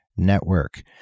Network